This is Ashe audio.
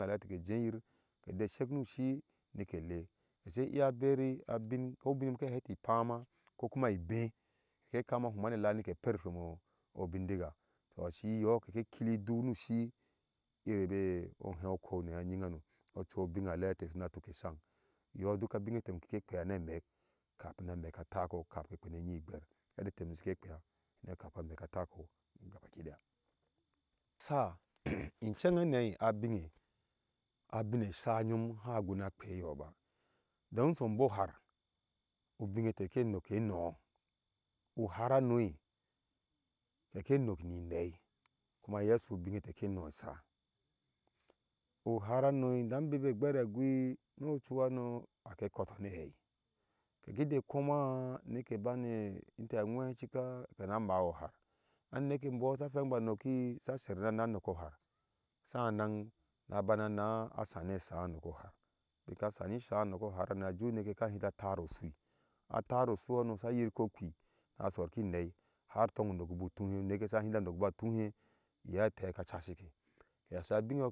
Ku binalɛa tɛɛ kɛ jeyir kɛjɛ shɛk nu shi nike lɛɛ kɛsɛ iya beru abi akoi ubin nyom ka heti ipaamaa ko kuma ibɛh ke kama humaa ne la nike per shomo bindiga tɔɔ shi yɔɔ kɛkɛ kili du nu shi iri bɛh ɔhei ukɔɔu niyɔɔ ŋyin hano ɔchuɔ binalɛa tɛɛ shina tukɛ shaang yɔɔ duka abinne tɛɛ shikɛ kpiyaa na mek kapin kpene ŋyi gber yede tɛɛ nyom shike kpiya kapin amɛk atakɔɔ gabaki deya sha chenengho ne abinge abinge sha nyom ha guna kpeyɔɔ ba don som bɔɔ har ubinge tɛɛ kɛ ŋnok kɛ noɔ u har ha noi kɛɛkɛɛ ŋnok ni nei kuma ye shu bine tɛɛkɛ noh ɛsha uhar hano idan bibe be gber agui no ɔchuhanoke kɔɔtɔɔ na hai kige komwaa nike bane intee angwɛ sha cika kena amaa e uhar aneke mbɔɔh shita phegibɔɔ noki sa ser hum nina noku har sanan na bana na sane saa nnkokɔ har bika sani saaŋnokɔ har na ju neke yɛ sha hida tarɔɔ sui atatɔ asuhano sa yir kɔɔkpi a sor ki nei har tong u ŋnok bu tuhe unekeyɛ sha hida ŋnok ba tuhe ya tɛka casikɛ yɛ.